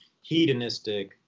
hedonistic